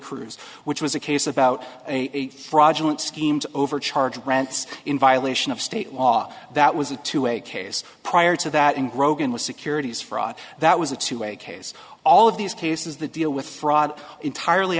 cruz which was a case about a fraudulent schemes over charge grants in violation of state law that was a two way case prior to that and grogan was securities fraud that was a two way case all of these cases the deal with fraud entirely